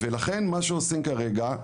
ולכן מה שעושים כרגע,